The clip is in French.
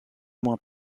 moins